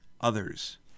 others